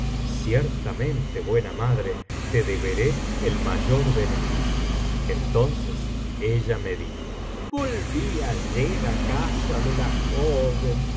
ciertamente buena madre te deberé el mayor beneficio entonces ella me dijo volví ayer á casa de la joven